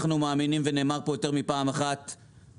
אנחנו מאמינים ונאמר פה יותר מפעם אחת,